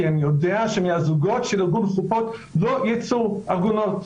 כי אני יודע שמהזוגות של ארגון "חופות" לא יצאו עגונות,